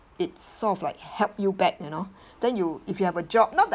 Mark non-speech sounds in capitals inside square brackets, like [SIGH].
it's sort of like help you back you know [BREATH] then you if you have a job not that